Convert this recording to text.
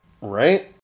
Right